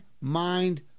Mind